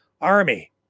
Army